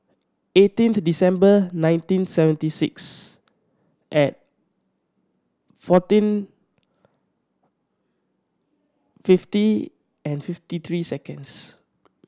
eighteenth December nineteen seventy six and fourteen fifty and fifty three seconds